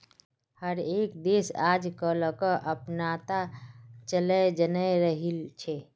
हर एक देश आजकलक अपनाता चलयें जन्य रहिल छे